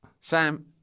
Sam